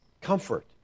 Comfort